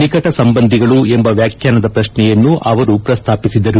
ನಿಕಟ ಸಂಬಂಧಿಗಳು ಎಂಬ ವ್ಯಾಖ್ಯಾನದ ಪ್ರಶ್ನೆಯನ್ನು ಅವರು ಪ್ರಸ್ತಾಪಿಸಿದರು